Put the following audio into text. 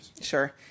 Sure